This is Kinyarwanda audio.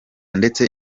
ndetse